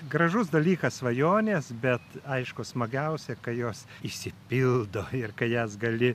gražus dalykas svajonės bet aišku smagiausia kai jos išsipildo ir kai jas gali